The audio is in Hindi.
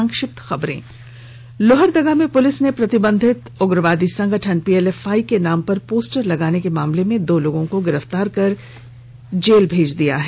संक्षिप्त खबरें लोहरदगा पुलिस ने प्रतिबंधित उग्रवादी संगठन पीएलएफआई के नाम पर पोस्टर लगाने के मामले में दो लोगों को गिरफ्तार कर न्यायिक हिरासत में जेल भेज दिया है